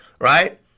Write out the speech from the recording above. right